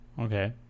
Okay